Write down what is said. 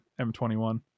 M21